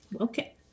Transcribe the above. Okay